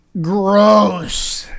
Gross